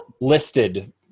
listed